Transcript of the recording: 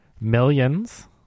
Millions